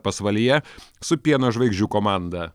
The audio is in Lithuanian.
pasvalyje su pieno žvaigždžių komanda